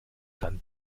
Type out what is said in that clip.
dann